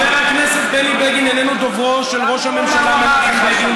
חבר הכנסת בני בגין איננו דוברו של ראש הממשלה מנחם בגין,